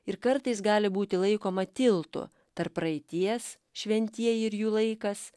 ir kartais gali būti laikoma tiltu tarp praeities šventieji ir jų laikas